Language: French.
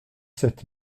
sept